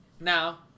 Now